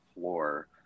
floor